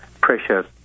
pressure